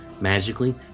Magically